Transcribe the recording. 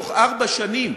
בתוך ארבע שנים.